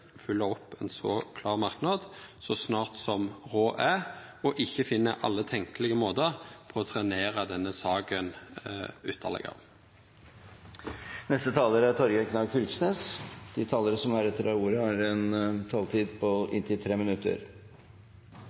følgjer opp ein så klar merknad så snart som råd er, og ikkje finn alle tenkjelege måtar å trenera denne saka ytterlegare på. De talere som heretter får ordet, har en taletid på inntil